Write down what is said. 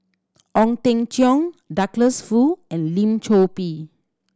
Ong Teng Cheong Douglas Foo and Lim Chor Pee